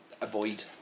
avoid